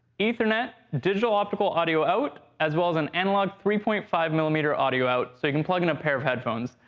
ethernet, digital optical audio out, as well as an analog three point five m m you know audio out so you can plug in a pair of headphones,